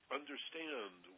understand